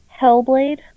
hellblade